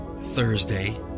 Thursday